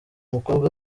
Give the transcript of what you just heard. mukobwa